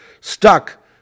stuck